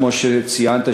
כמו שציינת,